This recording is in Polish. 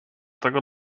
tego